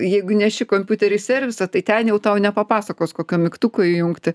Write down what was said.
jeigu neši kompiuterį į servisą tai ten jau tau nepapasakos kokio mygtuko įjungti